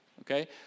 okay